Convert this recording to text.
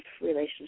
relationship